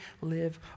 live